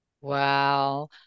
Wow